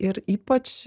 ir ypač